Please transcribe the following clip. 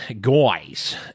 guys